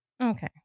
Okay